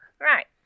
Right